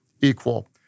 equal